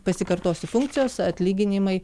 pasikartosiu funkcijos atlyginimai